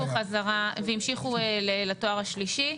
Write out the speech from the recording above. שני והמשיכו לתואר השלישי.